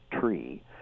tree